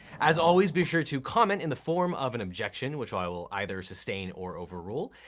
as always, be sure to comment in the form of an objection, which i will either sustain or overrule,